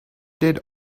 did